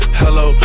hello